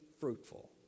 fruitful